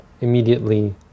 immediately